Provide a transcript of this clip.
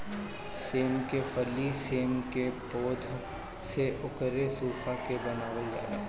सेम के फली सेम के पौध से ओके सुखा के बनावल जाला